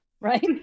Right